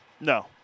No